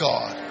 God